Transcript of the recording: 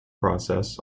process